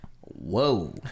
whoa